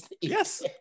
Yes